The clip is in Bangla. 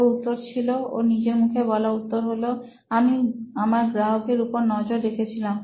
ওর উত্তর ছিল ওর নিজের মুখে বলা উত্তর হল আমি আমার গ্রাহকদের উপর নজর রেখেছিলাম